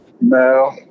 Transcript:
No